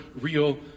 real